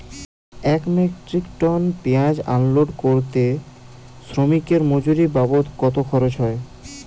এক metric ton পেঁয়াজ unload করতে শ্রমিকের মজুরি বাবদ কত খরচ হয়?